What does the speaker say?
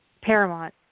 paramount